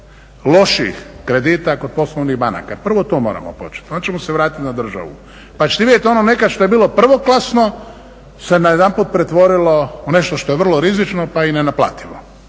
lošijih kredita kod poslovnih banaka. Prvo to moramo početi, onda ćemo se vratiti na državu. Pa ćete vidjeti ono nekad što je bilo prvoklasno se najedanput pretvorilo u nešto što je vrlo rizično, pa i nenaplativo